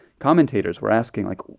commentators were asking, like,